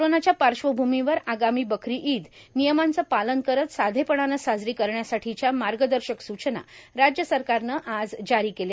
कोरोनाच्या पार्श्वभूमीवर आगामी बकरी ईद नियमांचं पालन करत साधेपणानं साजरी करण्यासाठीच्या मार्गदर्शक सूचना राज्य सरकारनं आज जारी केल्या